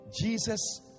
Jesus